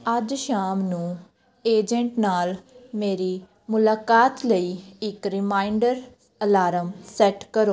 ਅੱਜ ਸ਼ਾਮ ਨੂੰ ਏਜੰਟ ਨਾਲ ਮੇਰੀ ਮੁਲਾਕਾਤ ਲਈ ਇੱਕ ਰੀਮਾਈਂਡਰ ਅਲਾਰਮ ਸੈੱਟ ਕਰੋ